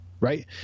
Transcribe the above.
right